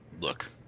look